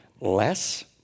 less